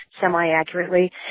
semi-accurately